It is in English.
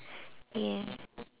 yeah